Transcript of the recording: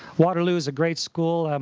waterloo is a great school.